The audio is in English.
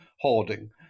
hoarding